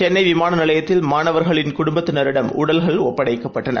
சென்னைவிமானநிலையத்தில் மாணவர்களின் குடும்பத்தினரிடம் உடல்கள் ஒப்படைக்கப்பட்டன